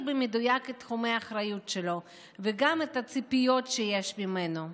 במדויק את תחומי האחריות שלו וגם את הציפיות שיש ממנו.